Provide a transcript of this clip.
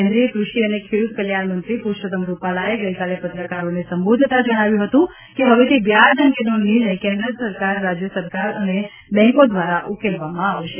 કેન્દ્રીય કૃષિ અને ખેડૂત કલ્યાણ મંત્રી પુરષોત્તમ રૂપાલાએ ગઈકાલે પત્રકારોને સંબોધતા જણાવ્યું હતું કે હવેથી વ્યાજ અંગેનો નિર્ણય કેન્દ્ર રાજ્ય સરકાર અને બેંકો દ્વારા ઉકેલવામાં આવશે